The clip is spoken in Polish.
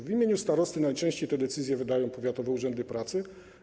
W imieniu starosty najczęściej te decyzje wydają powiatowe urzędy pracy.